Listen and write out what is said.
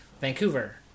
Vancouver